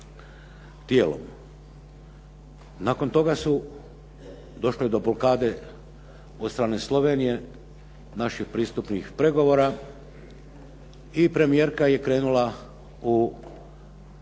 tijelom. Nakon toga je došlo do blokade od strane Slovenije naših pristupnih pregovora i premijerka je krenula u traženje